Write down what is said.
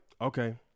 okay